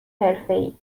حرفهای